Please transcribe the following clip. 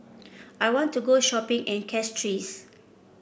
I want to go shopping in Castries